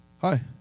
Hi